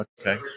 Okay